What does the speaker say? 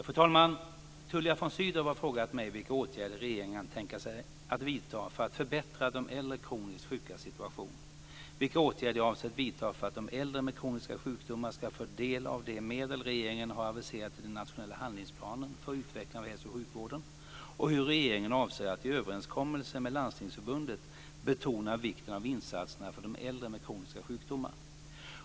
Fru talman! Tullia von Sydow har frågat mig vilka åtgärder regeringen kan tänka sig att vidta för att förbättra de äldre kroniskt sjukas situation, vilka åtgärder jag avser vidta för att de äldre med kroniska sjukdomar ska få del av de medel regeringen har aviserat i den nationella handlingsplanen för utveckling av hälso och sjukvården och hur regeringen avser att i överenskommelse med Landstingsförbundet betona vikten av insatserna för de äldre med kroniska sjukdomar.